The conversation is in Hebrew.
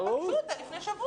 הם פגשו את הגננת רק לפני שבוע.